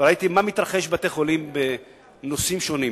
וראיתי מה מתרחש בבתי-חולים בנושאים שונים.